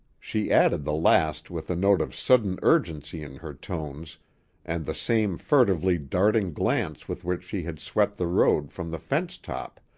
she added the last with a note of sudden urgency in her tones and the same furtively darting glance with which she had swept the road from the fence-top,